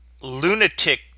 lunatic